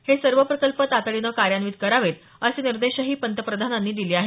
हे सर्व प्रकल्प तातडीनं कार्यान्वित करावेत असे निर्देशही पंतप्रधानांनी दिले आहेत